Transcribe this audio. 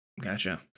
Gotcha